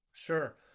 Sure